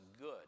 good